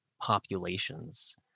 populations